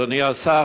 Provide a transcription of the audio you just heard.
אדוני השר,